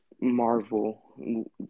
Marvel